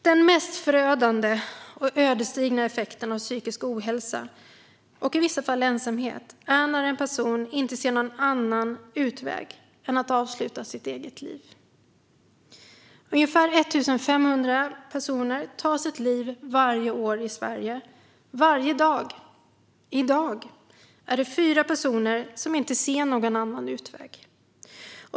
Den mest förödande och ödesdigra effekten av psykisk ohälsa och i vissa fall ensamhet är när en person inte ser någon annan utväg än att avsluta sitt eget liv. Ungefär 1 500 personer tar sitt liv varje år i Sverige. Varje dag - i dag - är det fyra personer som inte ser någon annan utväg.